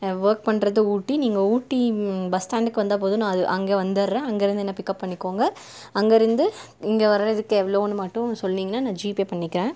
work பண்ணுறது ஊட்டி நீங்கள் Ooty bus ஸ்டாண்டுக்கு வந்தால் போதும் நான் அங்கே வந்துர்றேன் அங்கிருந்து என்னை பிக்கப் பண்ணிக்கோங்க அங்கிருந்து இங்கே வர்றதுக்கு எவ்வளோன்னு மட்டும் சொன்னீங்கனா நான் ஜீபே பண்ணிக்கிறேன்